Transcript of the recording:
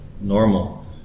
normal